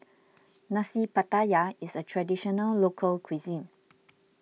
Nasi Pattaya is a Traditional Local Cuisine